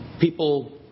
People